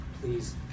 please